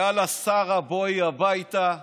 יאללה, שרה, בואי הביתה וכו'.